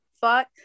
Fuck